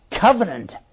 covenant